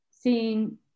seeing